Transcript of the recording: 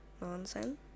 Nonsense